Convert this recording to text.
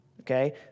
okay